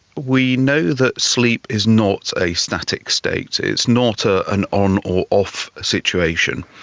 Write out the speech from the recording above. we know that sleep is not a static state, it's not ah an on or off situation,